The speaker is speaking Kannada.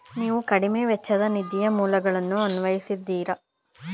ನೀವು ಕಡಿಮೆ ವೆಚ್ಚದ ನಿಧಿಯ ಮೂಲಗಳನ್ನು ಅನ್ವೇಷಿಸಿದ್ದೀರಾ?